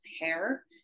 hair